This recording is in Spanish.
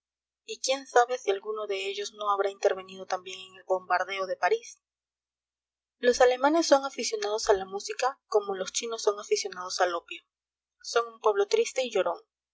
y quién sabe si alguno de ellos no habrá intervenido también en el bombardeo de parís los alemanes son aficionados a la música como los chinos son aficionados al opio son un pueblo triste y llorón